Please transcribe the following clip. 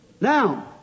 Now